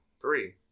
Three